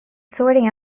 sorting